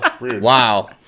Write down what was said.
Wow